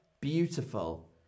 beautiful